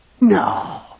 No